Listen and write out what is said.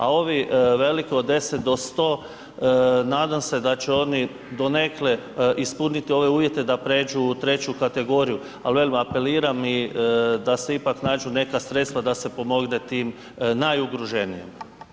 A ovi veliki od 10-100 nadam se da će oni donekle ispuniti ove uvjete da prijeđu u 3. kategoriju, ali velim apeliram i da se ipak nađu neka sredstva da se pomogne tim najugroženijim.